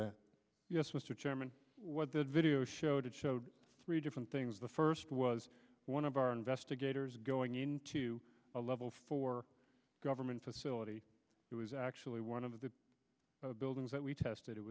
that yes mr chairman what the video showed it showed three different things the first was one of our investigators going into a level four government facility it was actually one of the buildings that we tested